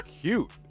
cute